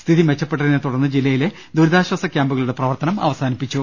സ്ഥിതി മെച്ചപ്പെട്ടതിനെ തുടർന്ന് ജില്ലയിലെ ദുരിതാശ്വാസ ക്യാമ്പുകളുടെ പ്രവർത്തനം അവസാനിപ്പിച്ചു